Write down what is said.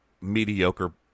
mediocre